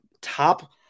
top